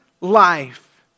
life